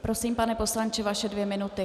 Prosím, pane poslanče, vaše dvě minuty.